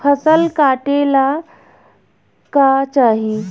फसल काटेला का चाही?